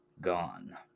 gone